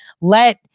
let